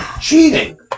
cheating